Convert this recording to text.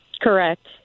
Correct